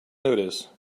notice